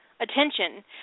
attention